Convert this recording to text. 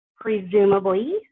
presumably